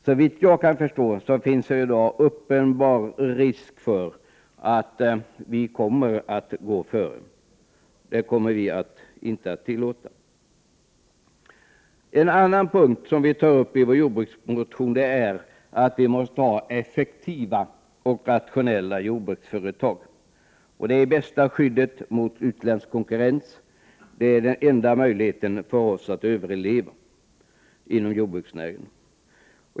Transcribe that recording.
Såvitt jag kan förstå finns i dag uppenbar risk för att vi kommer att gå före. Det kommer vi från moderata samlingspartiet inte att tillåta. En annan punkt som vi tar upp i vår jordbruksmotion är att vi måste ha effektiva och rationella jordbruksföretag. Det är det bästa skyddet mot utländsk konkurrens. Det är den enda möjligheten för oss att överleva inom = Prot. 1988/89:95 jordbruksnäringen.